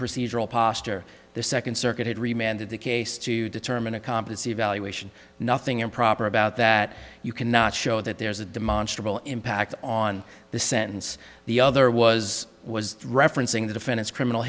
procedural posture the second circuit had remained of the case to determine a competency evaluation nothing improper about that you cannot show that there is a demonstrably impact on the sentence the other was was referencing the defendant's criminal